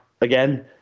again